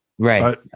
Right